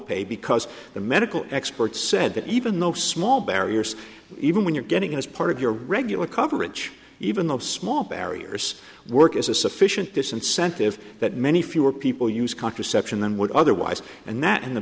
pay because the medical experts said that even though small barriers even when you're getting in as part of your regular coverage even though small barriers work is a sufficient disincentive that many fewer people use contraception than would otherwise and that in the